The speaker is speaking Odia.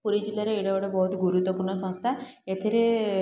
ପୁରୀ ଜିଲ୍ଲାରେ ଏଇଟା ଗୋଟେ ବହୁତ ଗୁରୁତ୍ୱପୂର୍ଣ୍ଣ ସଂସ୍ଥା ଏଥିରେ